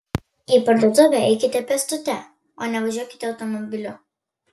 į parduotuvę eikite pėstute o ne važiuokite automobiliu